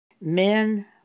men